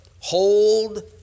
Hold